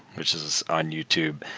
which is on youtube,